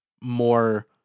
more